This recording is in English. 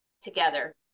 together